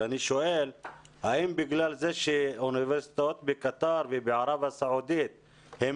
ואני שואל האם בגלל זה שאוניברסיטאות בקטאר ובערב הסעודית הן